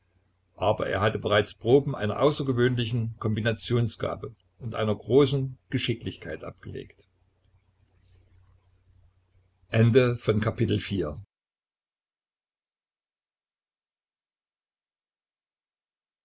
aber er hatte bereits proben einer außergewöhnlichen kombinationsgabe und einer großen geschicklichkeit abgelegt